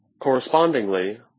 Correspondingly